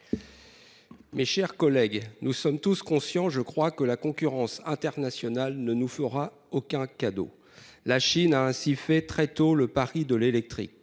Mes chers collègues, nous sommes tous conscients, je crois que la concurrence internationale ne nous fera aucun cadeau. La Chine a ainsi fait très tôt le pari de l'électrique